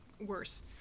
worse